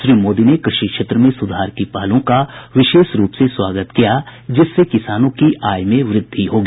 श्री मोदी ने कृषि क्षेत्र में सुधार की पहलों का विशेष रूप से स्वागत किया जिससे किसानों की आय में वृद्धि होगी